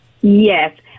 Yes